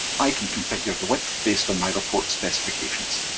i can configure the width based on my report specifications.